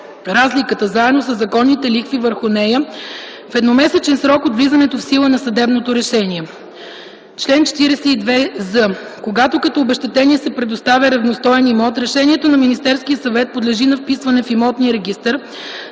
разликата, заедно със законните лихви върху нея в едномесечен срок от влизането в сила на съдебното решение. Чл. 42з. Когато като обезщетение се предоставя равностоен имот, решението на Министерския съвет, подлежи на вписване в имотния регистър